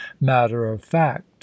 matter-of-fact